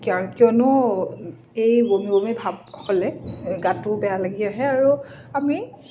কিয় কিয়নো এই বমি বমি ভাব হ'লে গাটোও বেয়া লাগি আহে আৰু আমি